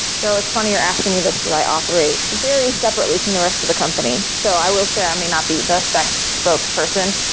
so it's funny you're asking me this, because i operate very separately from the rest of the company. so i will say i may not be the best spokesperson,